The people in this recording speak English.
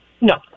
no